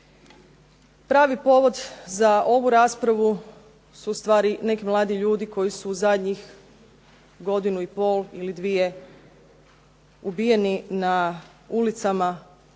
Pravi povod za ovu raspravu su ustvari neki mladi ljudi koji su zadnjih godinu i pol ili dvije ubijeni na ulicama